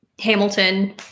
Hamilton